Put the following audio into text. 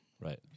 Right